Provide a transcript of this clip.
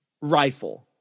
rifle